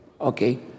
Okay